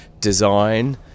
design